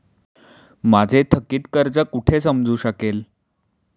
माझे थकीत कर्ज कुठे समजू शकेल?